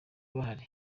bahari